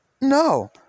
No